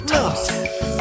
Love